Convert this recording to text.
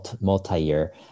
multi-year